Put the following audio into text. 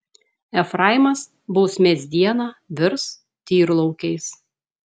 efraimas bausmės dieną virs tyrlaukiais